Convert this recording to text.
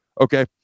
okay